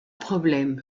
problème